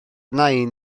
nain